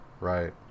right